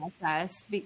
process